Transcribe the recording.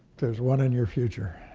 there's one in your future.